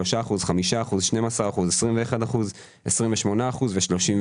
אין שום זיקה לתא המשפחתי,